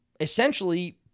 essentially